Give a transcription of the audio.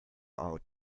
out